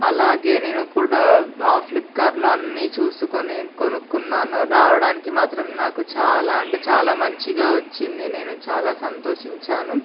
అలాగే నేను కూడా ఆ ఫ్లిప్కార్ట్లో అన్నీ చూసుకుని కొనుక్కున్నాను రావడానికి మాత్రం నాకు చాలా అంటే చాలా మంచిగా వచ్చింది నేను చాలా సంతోషించాను